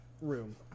room